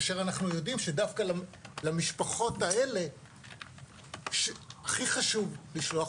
כאשר אנחנו יודעים שדווקא למשפחות האלה הכי חשוב לשלוח